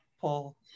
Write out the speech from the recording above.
Paul